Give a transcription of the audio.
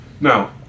Now